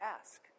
ask